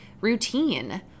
routine